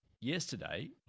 yesterday